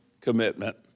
commitment